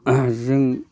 जों